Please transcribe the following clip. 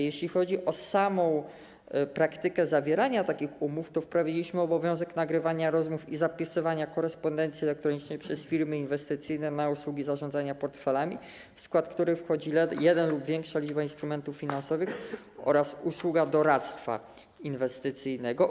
Jeśli chodzi wreszcie o samą praktykę zawierania takich umów, to wprowadziliśmy obowiązek nagrywania rozmów i zapisywania w korespondencji elektronicznej przez firmy inwestycyjne na usługi zarządzania portfelami, w skład których wchodzi jeden instrument finansowy lub większa liczba instrumentów finansowych oraz usługa doradztwa inwestycyjnego.